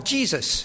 Jesus